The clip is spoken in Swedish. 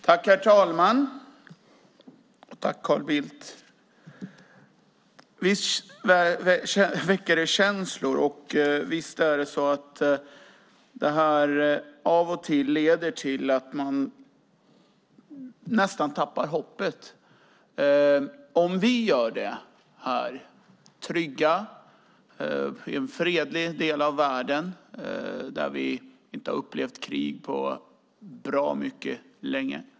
Herr talman! Jag tackar Carl Bildt. Visst väcker det känslor, och visst är det så att det här av och till leder till att man nästan tappar hoppet, här i en trygg och fredlig del av världen där vi inte upplevt krig på mycket länge.